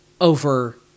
over